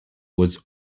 was